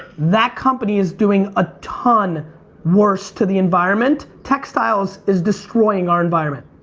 that company is doing a ton worse to the environment. textiles is destroying our environment.